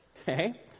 Okay